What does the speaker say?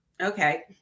okay